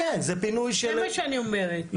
כן,